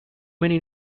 many